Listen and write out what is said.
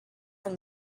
from